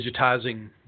digitizing